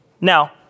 Now